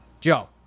Joe